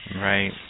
Right